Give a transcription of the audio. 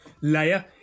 layer